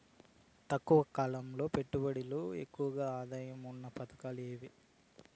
తక్కువ కాలం పెట్టుబడిలో ఎక్కువగా ఆదాయం ఉన్న పథకాలు ఏమి?